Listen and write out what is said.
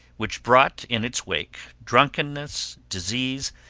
which brought in its wake drunkenness disease,